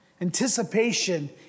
Anticipation